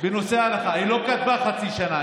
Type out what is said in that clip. היא לא כתבה "חצי שנה".